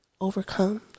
overcome